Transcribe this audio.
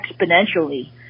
exponentially